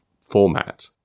format